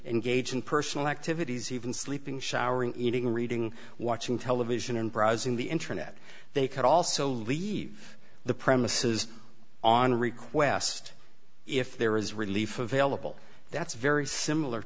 engage in personal activities even sleeping showering eating reading watching television and browsing the internet they could also leave the premises on request if there is relief available that's very similar